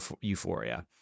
euphoria